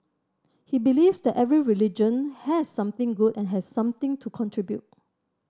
he believes that every religion has something good and has something to contribute